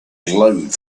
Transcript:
glowed